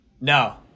No